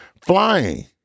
Flying